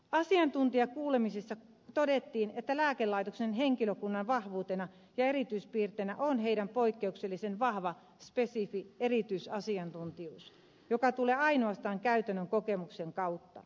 asiantuntijakuulemisissa todettiin että lääkelaitoksen henkilökunnan vahvuutena ja erityispiirteenä on heidän poikkeuksellisen vahva spesifi erityisasiantuntijuutensa joka tulee ainoastaan käytännön kokemuksen kautta